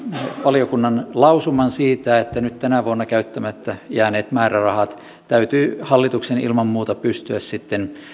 valiokunnan lausuman siitä että nyt tänä vuonna käyttämättä jääneet määrärahat täytyy hallituksen ilman muuta pystyä sitten